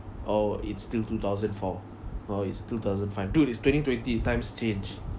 or it's still two thousand four or it's two thousand five dude it's twenty twenty times change